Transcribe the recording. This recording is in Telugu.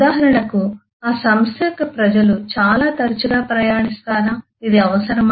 ఉదాహరణకు ఆ సంస్థ యొక్క ప్రజలు చాలా తరచుగా ప్రయాణిస్తారా ఇది అవసరమా